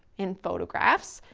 in photographs.